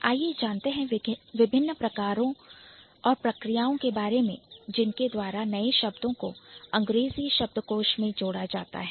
आइए जानते हैं विभिन्न प्रक्रियाओं के बारे में जिनके द्वारा नए शब्दों को अंग्रेजी शब्दकोश में जोड़ा जाता है